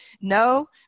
no